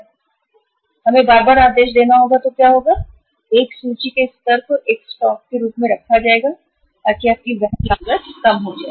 अब हमें बार बार आदेश देना होगा तो क्या होगा हालांकि आपने इन्वेंटरी के स्तर को जिसे आपको स्टॉक करके रखना था उसे कम कर दिया है ताकि आपकी वहन लागत कम हो जाए